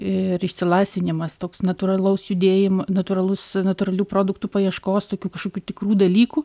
ir išsilaisvinimas toks natūralaus judėjimo natūralus natūralių produktų paieškos tokių kažkokių tikrų dalykų